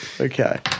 Okay